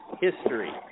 history